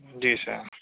جی سر